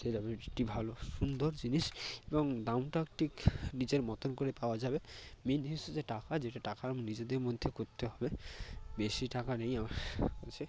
ভালো সুন্দর জিনিস এবং দামটা ঠিক নিজের মতন করে পাওয়া যাবে মেন জিনিস হচ্ছে টাকা যেটা টাকা নিজেদের মধ্যে করতে হবে বেশি টাকা নেই আমার কাছে